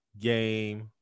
game